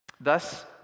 Thus